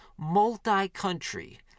multi-country